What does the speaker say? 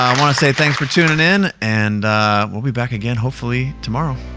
um wanna say thank for tuning in and we'll be back again, hopefully tomorrow.